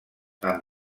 amb